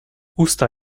usta